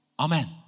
Amen